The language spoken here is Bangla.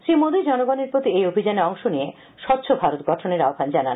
শ্রী মোদী জনগনের প্রতি এই অভিযানে অংশ নিয়ে স্বচ্ছ ভারত গঠনের আহ্বান জানান